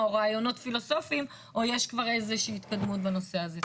או רעיונות פילוסופיים או יש כבר איזושהי התקדמות בנושא הזה.